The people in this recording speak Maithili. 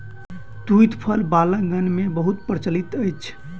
तूईत फल बालकगण मे बहुत प्रचलित अछि